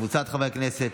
וקבוצת חברי הכנסת,